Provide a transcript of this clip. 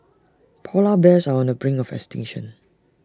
Polar Bears are on the brink of extinction